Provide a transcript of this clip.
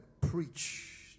preach